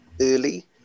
early